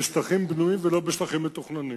ולהתחשב רק בשטחים בנויים, ולא בשטחים מתוכננים.